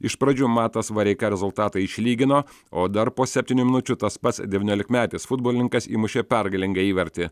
iš pradžių matas vareika rezultatą išlygino o dar po septynių minučių tas pats devyniolikmetis futbolininkas įmušė pergalingą įvartį